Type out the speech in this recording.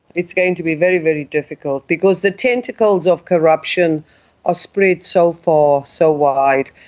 it's going to be very, very difficult because the tentacles of corruption are spread so far, so wide,